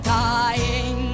dying